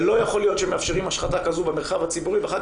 ולא ייתכן שמאפשרים השחתה כזו במרחב הציבורי ואחר